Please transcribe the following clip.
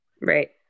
Right